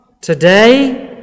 today